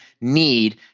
need